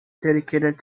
dedicated